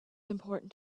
important